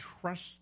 trust